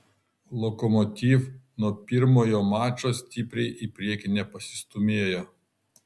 lokomotiv nuo pirmojo mačo stipriai į priekį nepasistūmėjo